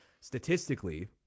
statistically